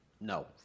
No